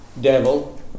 devil